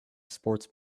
sports